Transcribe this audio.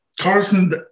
Carson